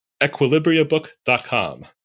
equilibriabook.com